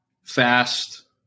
fast